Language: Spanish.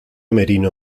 merino